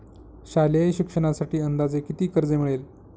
शालेय शिक्षणासाठी अंदाजे किती कर्ज मिळेल?